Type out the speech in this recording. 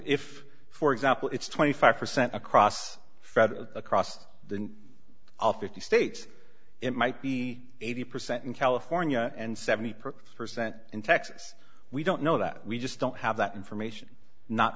if for example it's twenty five percent across across the all fifty states it might be eighty percent in california and seventy per percent in texas we don't know that we just don't have that information not